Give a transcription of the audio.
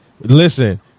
Listen